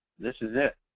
this is it.